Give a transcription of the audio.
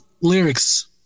lyrics